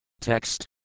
Text